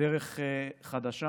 לדרך חדשה